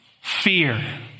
Fear